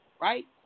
Right